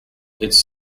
its